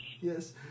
Yes